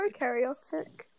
prokaryotic